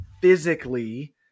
physically